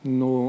no